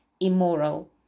immoral